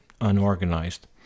unorganized